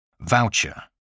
Voucher